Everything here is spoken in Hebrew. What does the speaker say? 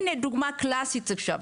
הנה דוגמא קלאסית עכשיו,